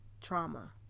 trauma